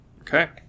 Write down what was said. Okay